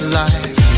life